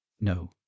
no